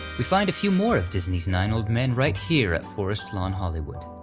we find a few more of disney's nine old men right here at forest lawn hollywood.